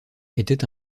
était